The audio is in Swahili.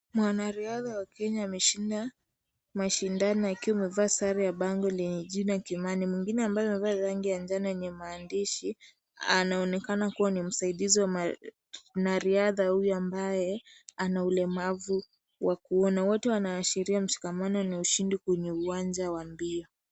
Wanariadha wa kenya wameshinda mashindano wakiwa wamevaa sare ya bango lenye jina Kimanii. Mwingine ambaye amevaa rangi ya njano yenye maandishi anaonekana kuwa ni msaidizi wa mwanariadha huyu ambaye ana ulemavu wa kuona . Wote wanaashiria mshikamano na ushindi kwenye uwanja wa mbio.